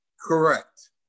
Correct